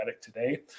today